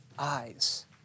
eyes